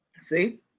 See